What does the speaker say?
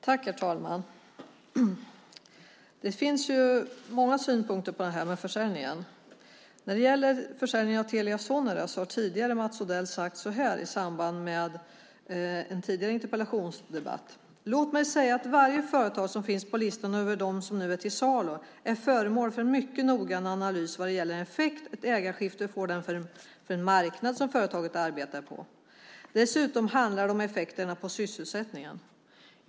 Herr talman! Det finns många synpunkter på detta med försäljning. När det gäller försäljningen av Telia Sonera har Mats Odell i samband med en tidigare interpellationsdebatt sagt: "Låt mig också säga att varje företag som finns på listan över dem som nu är till salu är föremål för en mycket noggrann analys vad gäller den effekt ett ägarskifte får för den marknad som företaget arbetar på. Dessutom handlar det om effekterna på sysselsättningen."